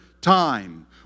time